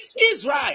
Israel